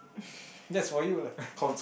that's for you lah